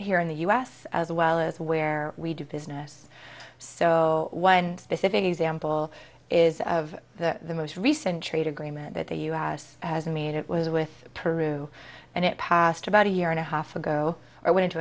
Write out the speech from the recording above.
here in the u s as well as where we do business so one specific example is of the most recent trade agreement that the u s has made it was with peru and it passed about a year and a half ago or went into